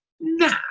Nah